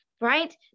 right